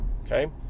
Okay